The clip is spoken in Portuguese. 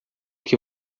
que